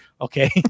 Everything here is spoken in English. okay